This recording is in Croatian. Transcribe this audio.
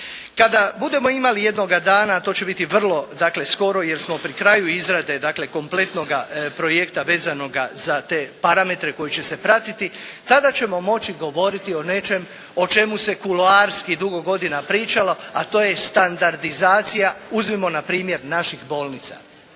Kada budemo imali jednoga dana, a to će biti vrlo dakle skoro jer smo pri kraju izrade dakle kompletnoga projekta vezanoga za te parametre koji će se pratiti, tada ćemo moći govoriti o nečem o čemu se kuloarski dugo godina pričalo, a to je standardizacija uzmimo npr. naših bolnica.